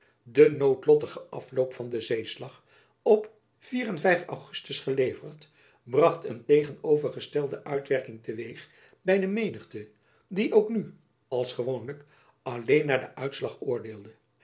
de noodlottige afloop van den zeeslag op en ugustus geleverd bracht een tegenovergestelde uitwerking te weeg by de menigte die ook nu als gewoonlijk alleen naar den uitslag oordeelde